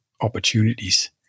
opportunities